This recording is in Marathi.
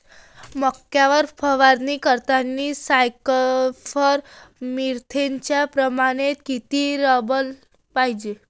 मक्यावर फवारनी करतांनी सायफर मेथ्रीनचं प्रमान किती रायलं पायजे?